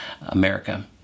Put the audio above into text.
America